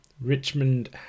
Richmond